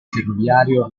ferroviario